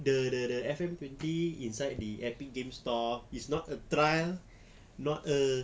the the the F_M twenty inside the epic games store is not a trial not a